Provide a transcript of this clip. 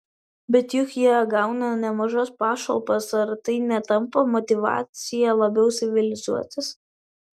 bet juk jie gauna nemažas pašalpas ar tai netampa motyvacija labiau civilizuotis